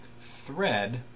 thread